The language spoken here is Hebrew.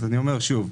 אז אני אומר שוב.